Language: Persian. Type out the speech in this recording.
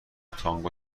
تانگو